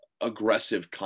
aggressive